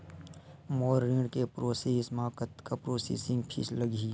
मोर ऋण के प्रोसेस म कतका प्रोसेसिंग फीस लगही?